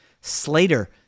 Slater